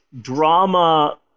drama